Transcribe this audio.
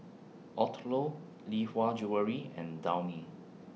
Odlo Lee Hwa Jewellery and Downy